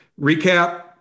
recap